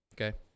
Okay